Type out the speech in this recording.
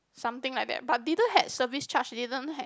something like that but didn't had service charge didn't had